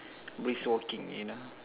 brisk walking you know